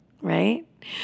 right